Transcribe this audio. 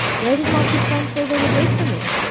where did my good friends say they would wait for me?